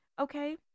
Okay